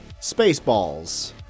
Spaceballs